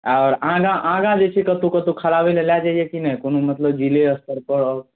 आओर आगाँ आगाँ जे छै से कतहु कतहु खेलाबैलए लऽ जाइ कि नहि कोनो मतलब जिले स्तरपर